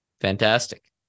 fantastic